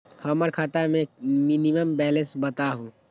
हमरा खाता में मिनिमम बैलेंस बताहु?